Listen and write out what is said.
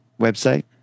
website